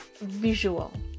visual